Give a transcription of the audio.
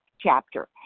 chapter